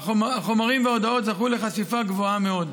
והחומרים וההודעות זכו לחשיפה גבוהה מאוד.